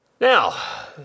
Now